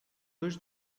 dois